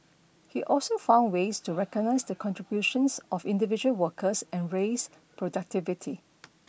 he also found ways to recognise the contributions of individual workers and raise productivity